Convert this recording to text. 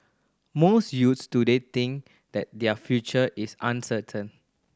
most youths today think that their future is uncertain